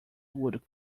would